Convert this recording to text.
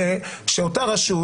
ושאותה רשות,